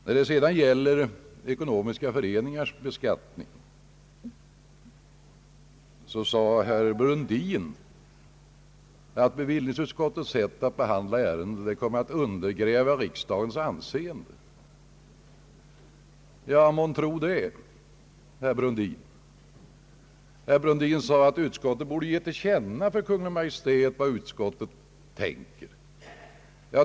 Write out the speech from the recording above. Om beskattningen av de ekonomiska föreningarna sade herr Brundin att bevillningsutskottets sätt att behandla ärenden skulle komma att undergräva riksdagens anseende. Ja, månntro det, herr Brundin! Han sade att utskottet borde ge till känna för Kungl. Maj:t vad utskottet tänkt.